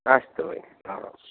अस्तु भगिनी राम् राम्